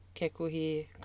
Kekuhi